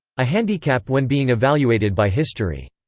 a handicap when being evaluated by history.